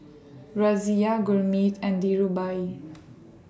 Razia Gurmeet and